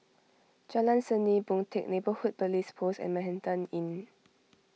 Jalan Seni Boon Teck Neighbourhood Police Post and Manhattan Inn